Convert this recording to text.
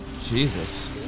Jesus